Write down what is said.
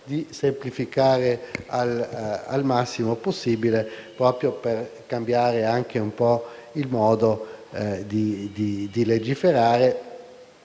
di semplificare al massimo possibile proprio per cambiare il modo di legiferare.